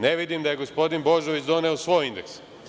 Ne vidim da je gospodin Božović doneo svoj indeks.